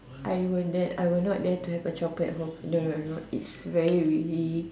I won't dare I will not dare to have a chopper at home no no no it's very really